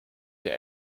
der